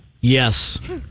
Yes